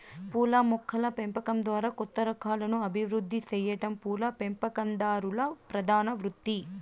పూల మొక్కల పెంపకం ద్వారా కొత్త రకాలను అభివృద్ది సెయ్యటం పూల పెంపకందారుల ప్రధాన వృత్తి